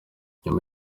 nyuma